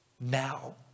now